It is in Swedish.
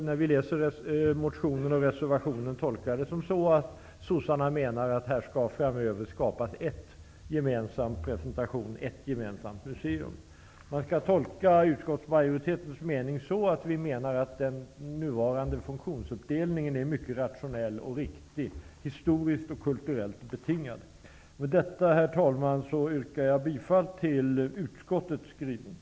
När vi läser motionen och reservationen tolkas detta som att Socialdemokraterna anser att det framöver skall skapas en gemensam presentation och ett gemensamt museum. Man skall tolka utskottsmajoritetens mening på ett sådant sätt att vi menar att den nuvarande funktionsuppdelningen är mycket rationell och riktig, historiskt och kulturellt betingad. Med det anförda, herr talman, yrkar jag bifall till utskottets hemställan.